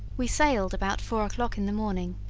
we sailed about four o'clock in the morning,